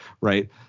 right